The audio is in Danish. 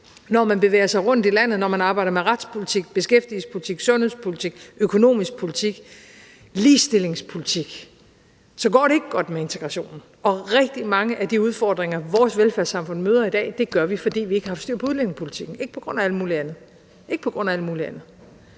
når man bevæger sig rundt i landet, når man arbejder med retspolitik, beskæftigelsespolitik, sundhedspolitik, økonomisk politik, ligestillingspolitik, så kan man se, at det ikke går godt med integrationen. Rigtig mange af de udfordringer, vores velfærdssamfund møder i dag, er der, fordi vi ikke har haft styr på udlændingepolitikken, ikke på grund af alt muligt andet